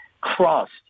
crossed